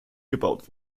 gebaut